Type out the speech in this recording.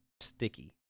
sticky